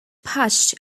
patched